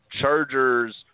Chargers